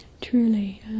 truly